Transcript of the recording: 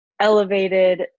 elevated